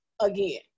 again